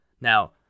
Now